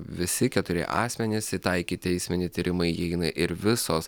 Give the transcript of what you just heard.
visi keturi asmenys į tą ikiteisminį tyrimą įeina ir visos